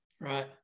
Right